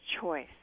choice